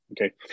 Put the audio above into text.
okay